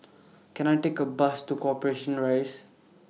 Can I Take A Bus to Corporation Rise